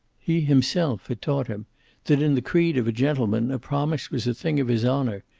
he himself had taught him that in the creed of a gentleman a promise was a thing of his honor,